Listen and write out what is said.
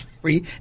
free